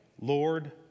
lord